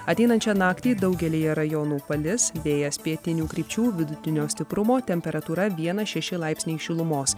ateinančią naktį daugelyje rajonų palis vėjas pietinių krypčių vidutinio stiprumo temperatūra vienas šeši laipsniai šilumos